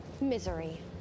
Misery